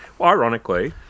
ironically